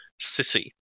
Sissy